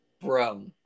bro